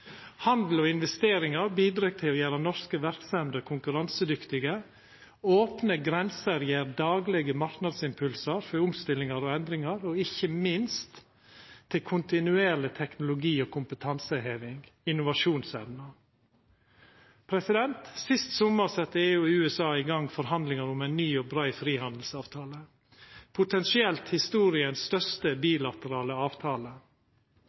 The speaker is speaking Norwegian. Handel og investeringar bidreg til å gjera norske verksemder konkurransedyktige, opne grenser gjev daglege marknadsimpulsar for omstillingar og endringar og ikkje minst til kontinuerleg teknologi- og kompetanseheving og innovasjonsevne. Sist sommar sette USA og EU i gang forhandlingar om ein ny og brei frihandelsavtale – potensielt den største